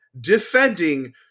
defending